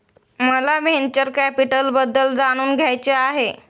मला व्हेंचर कॅपिटलबद्दल जाणून घ्यायचे आहे